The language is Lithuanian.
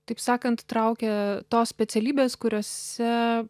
taip sakant traukė tos specialybės kuriose